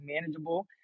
manageable